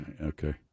Okay